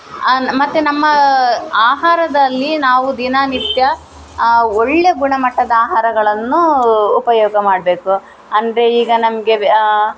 ನ ಮತ್ತು ನಮ್ಮ ಆಹಾರದಲ್ಲಿ ನಾವು ದಿನನಿತ್ಯ ಒಳ್ಳೆಯ ಗುಣಮಟ್ಟದ ಆಹಾರಗಳನ್ನು ಉಪಯೋಗ ಮಾಡಬೇಕು ಅಂದರೆ ಈಗ ನಮಗೆ